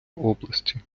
області